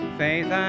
faith